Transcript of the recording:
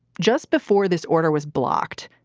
just before this order was blocked,